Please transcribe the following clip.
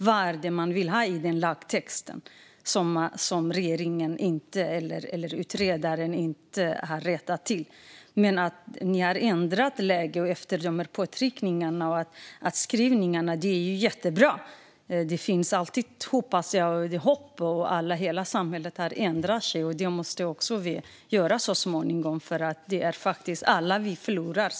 Vad är det man vill ha i lagtexten, som utredaren inte har rättat till? Men att ni har ändrat läge efter påtryckningarna och skrivningarna är jättebra. Det finns alltid hopp om att hela samhället ändrar sig. Det måste vi göra så småningom, för alla förlorar faktiskt på detta.